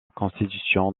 constitution